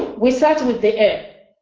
we start with the air.